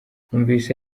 numvise